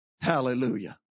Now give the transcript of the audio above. Hallelujah